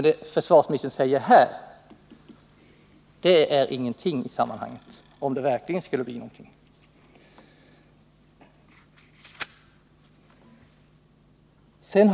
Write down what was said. Det försvarsministern nämner här är ingenting i sammanhanget, om det verkligen skulle uppstå ett krisläge.